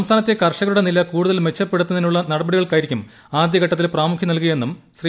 സംസ്ഥാനത്തെ കർഷകരുടെ നില കൂടുതൽ മെച്ചപ്പെടുത്തുന്നതിനുള്ള നടപടികൾക്കായിരിക്കും ആദ്യഘട്ടത്തിൽ പ്രാമുഖ്യാ നൽകുകയെന്നും ശ്രീ